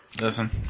Listen